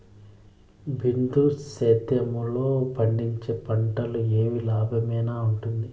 బిందు సేద్యము లో పండించే పంటలు ఏవి లాభమేనా వుంటుంది?